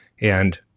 and-